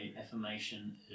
affirmation